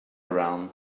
around